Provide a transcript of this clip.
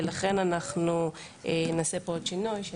ולכן אנחנו נעשה פה עוד שינוי.